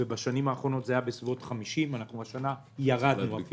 ובשנים האחרונות זה היה בסביבות 50, השנה ירדנו.